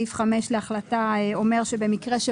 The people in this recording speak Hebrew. היא גם מזכירה את סעיף 112. סעיף 5 להחלטה אומר שבמקרה שבו